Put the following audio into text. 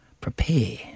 prepare